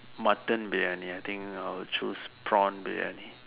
Mutton briyani I think I would choose prawn briyani